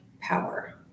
power